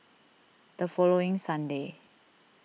the following Sunday